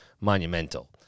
monumental